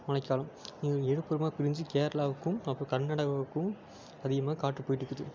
மழைக்காலம் இங்கே எழுப்புறமாக பிரிஞ்சு கேரளாவுக்கும் அப்போ கன்னடவவுக்கும் அதிகமாக காற்று போய்கிட்டு இருக்குது